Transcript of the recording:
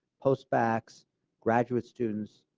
post-docs, graduate students,